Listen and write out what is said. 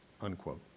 unquote